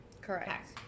Correct